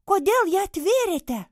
kodėl ją atvėrėte